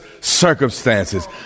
circumstances